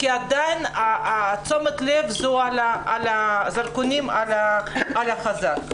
כי עדיין תשומת הלב והזרקורים הם על החזק.